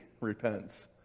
repents